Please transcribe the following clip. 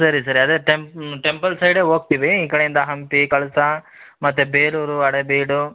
ಸರಿ ಸರಿ ಅದೆ ಟೆಂಪ್ ಟೆಂಪಲ್ ಸೈಡೆ ಹೋಗ್ತಿವಿ ಈ ಕಡೆಯಿಂದ ಹಂಪಿ ಕಳಸ ಮತ್ತು ಬೇಲೂರು ಹಳೆಬೀಡು